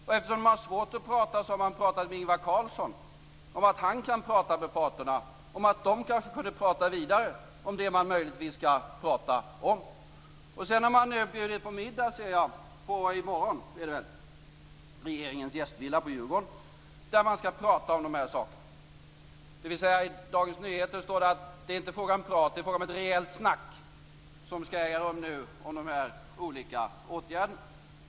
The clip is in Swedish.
Men eftersom man har svårt att prata har man pratat med Ingvar Carlsson om att han kan prata med parterna om att de kanske kunde prata vidare om det man möjligtvis skall prata om. Sedan skall man nu bjuda på middag, har jag sett, i morgon i regeringens gästvilla på Djurgården, där man skall prata om de här sakerna. I Dagens Nyheter står det att det inte är fråga om prat, utan det är fråga om ett rejält snack som skall äga rum om de olika åtgärderna.